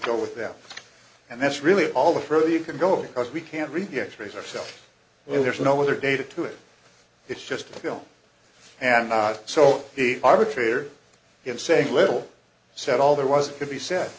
go with them and that's really all the further you can go because we can't read the x rays ourself well there's no other data to it it's just a pill and so the arbitrator in saying little said all there was to be said